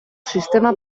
sistema